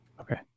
Okay